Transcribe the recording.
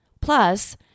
Plus